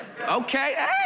Okay